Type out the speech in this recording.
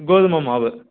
கோதுமை மாவு